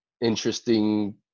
interesting